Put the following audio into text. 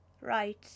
Right